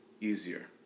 easier